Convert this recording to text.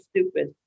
stupid